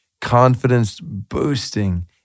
confidence-boosting